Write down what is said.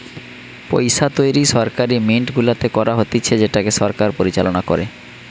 পইসা তৈরী সরকারি মিন্ট গুলাতে করা হতিছে যেটাকে সরকার পরিচালনা করে